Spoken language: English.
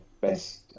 best